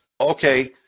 okay